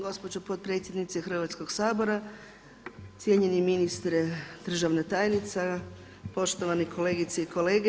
Gospođo potpredsjednice Hrvatskoga sabora, cijenjeni ministre, državna tajnice, poštovane kolegice i kolege!